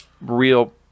real